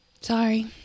Sorry